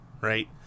right